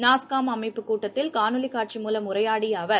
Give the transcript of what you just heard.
நாஸ்காம் அமைப்பு கூட்டத்தில் காணொளி காட்சி மூலம் உரையாடிய அவர்